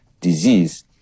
disease